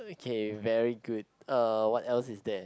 okay very good uh what else is there